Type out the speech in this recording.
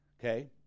Okay